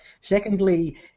Secondly